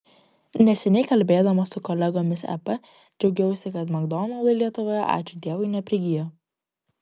neseniai kalbėdama su kolegomis ep džiaugiausi kad makdonaldai lietuvoje ačiū dievui neprigijo